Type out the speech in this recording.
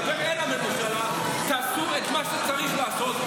מדבר אל הממשלה: תעשו את מה שצריך לעשות.